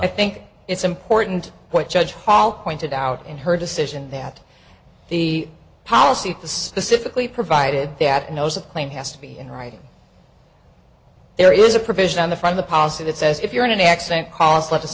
i think it's important what judge hall pointed out in her decision that the policy specifically provided that knows a claim has to be in writing there is a provision on the from the policy that says if you're in an accident cause let us